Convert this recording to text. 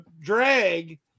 drag